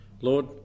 Lord